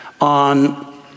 on